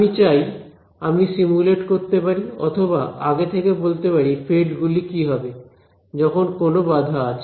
আমি চাই আমি সিমুলেট করতে পারি অথবা আগে থেকে বলতে পারি ফিল্ড গুলি কি হবে যখন কোন বাধা আছে